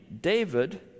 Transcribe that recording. David